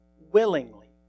willingly